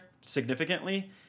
significantly